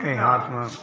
कहीं हाथ में